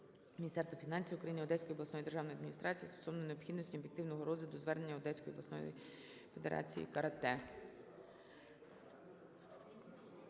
Міністерства фінансів України, Одеської обласної державної адміністрації стосовно необхідності об'єктивного розгляду звернення Одеської обласної Федерації карате.